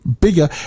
bigger